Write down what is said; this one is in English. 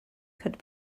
could